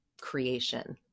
creation